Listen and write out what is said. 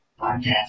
podcast